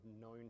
known